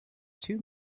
too